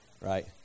right